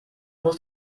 muss